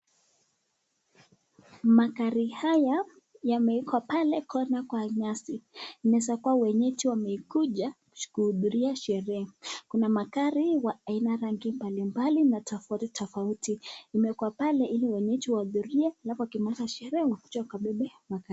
Magari haya yamekwa pale kona kwa nyasi. Inaweza kuwa wenyeji wamekuja kuhudhuria sherehe , Kuna magari ya waina rangi mbalimbali na tofauti tofauti imeekwa pale ili wenyeji wahudhurie na wakimaliza sherehe wakuje wakabebe magari .